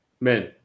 men